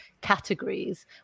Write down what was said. categories